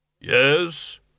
Yes